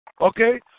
Okay